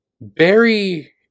Barry